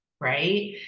right